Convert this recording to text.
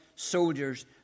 soldiers